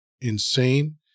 insane